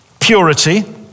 purity